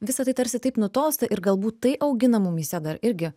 visa tai tarsi taip nutolsta ir galbūt tai augina mumyse dar irgi